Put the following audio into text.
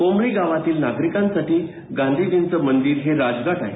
कोंभाळी गावातील नागरिकांसाठी गांधीजींचे मंदिर हे राजघाट आहे